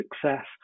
success